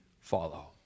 follow